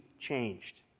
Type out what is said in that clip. changed